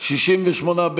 הצבעה.